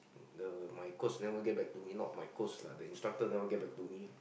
the my coach never get back to me not my coach lah the instructor never get back to me